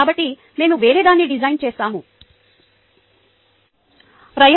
కాబట్టి మేము వేరేదాన్ని డిజైన్ చేస్తాము